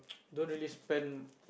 don't really spend